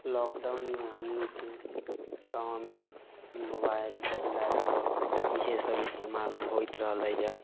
लॉकडाउनमे हमनीके गाँवमे मोबाइल लैपटॉप इहे सब इस्तेमाल होयत रहलैया